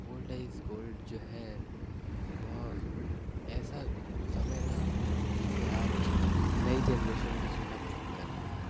old is gold जो है वह ऐसा समय था जिसे आज नई जेनरेशन भी सुनना पसंद करती है